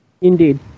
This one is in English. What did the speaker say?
Indeed